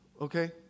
okay